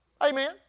Amen